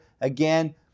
Again